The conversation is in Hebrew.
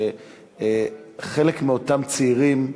שחלק מאותם צעירים,